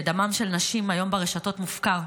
שדמן של נשים היום ברשתות מופקר.